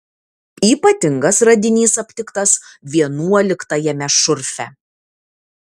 ypatingas radinys aptiktas vienuoliktajame šurfe